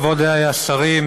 כבוד השרים,